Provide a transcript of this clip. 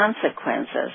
consequences